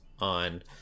on